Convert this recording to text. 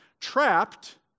trapped